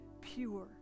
pure